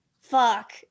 fuck